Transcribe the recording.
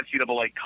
NCAA